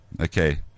Okay